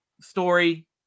story